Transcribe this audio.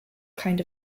kind